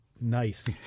nice